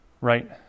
right